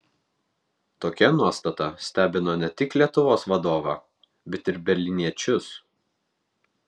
tokia nuostata stebino ne tik lietuvos vadovą bet ir berlyniečius